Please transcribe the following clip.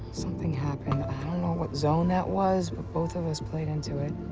something happened. i don't know what zone that was, but both of us played into it.